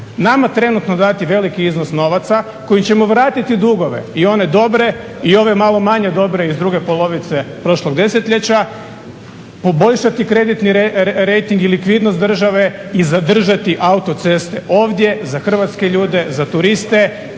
nama trenutno dati veliki iznos novaca kojim ćemo vratiti dugove i one dobre i ove malo manje dobre iz druge polovice prošlog desetljeća, poboljšati kreditni rejting i likvidnost države i zadržati autoceste ovdje za hrvatske ljude, za turiste,